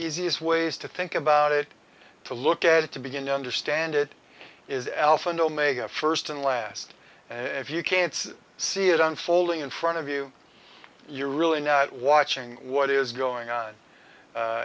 easiest ways to think about it to look at it to begin to understand it is alpha and omega first and last if you can't see it unfolding in front of you you're really not watching what is going on